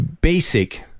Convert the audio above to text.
basic